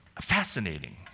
Fascinating